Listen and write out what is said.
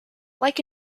like